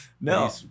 No